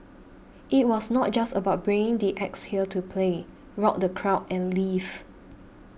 it was not a just about bringing the acts here to play rock the crowd and leave